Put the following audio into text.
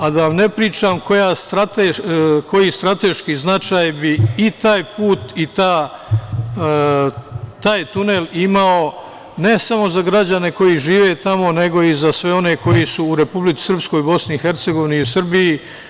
A, da vam ne pričam koji strateški značaj bi i taj put i taj tunel imao ne samo za građane koji žive tamo, nego i za sve one koji su u Republici Srbiji, BiH i u Srbiji.